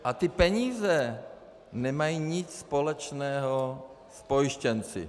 A ty peníze nemají nic společného s pojištěnci.